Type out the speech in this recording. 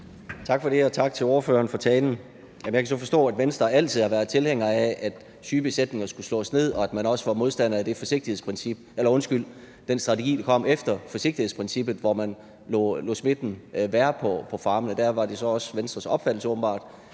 Tak for det. Og tak til ordføreren for talen. Jamen jeg kan så forstå, at Venstre altid har været tilhængere af, at syge besætninger skulle slås ned, og at man også var modstander af den strategi, der kom efter forsigtighedsprincippet, hvor man lod smitten være på farmene. Der var det så åbenbart også Venstres opfattelse, at